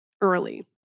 early